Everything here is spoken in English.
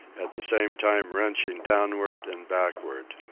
at the same time wrenching downward and backward.